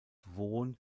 wohn